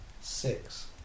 Six